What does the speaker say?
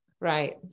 right